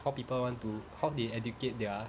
what people want to how they educate their